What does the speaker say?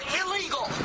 illegal